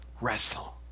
wrestle